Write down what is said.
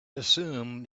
assumed